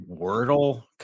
wordle